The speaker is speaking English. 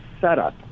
setup